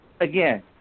again